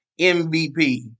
MVP